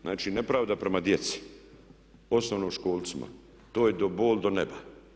Znači nepravda prema djeci osnovnoškolcima, to je bol do neba.